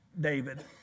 David